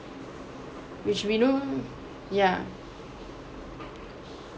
which we know yeah